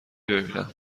ببینم